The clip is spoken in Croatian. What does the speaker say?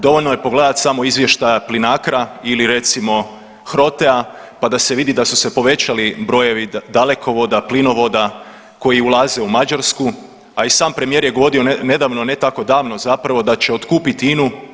Dovoljno je pogledati samo izvještaja Plinacra ili recimo HROTE-a pa da se vidi da su se povećali brojevi dalekovoda plinovoda koji ulaze u Mađarsku, a i sam je premijer je govorio nedavno, ne tako davno zapravo da će otkupiti INU.